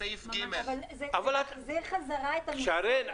בסעיף (ג) --- אבל זה החזיר את ה --- לא, לא.